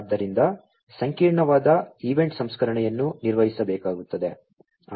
ಆದ್ದರಿಂದ ಸಂಕೀರ್ಣವಾದ ಈವೆಂಟ್ ಸಂಸ್ಕರಣೆಯನ್ನು ನಿರ್ವಹಿಸಬೇಕಾಗುತ್ತದೆ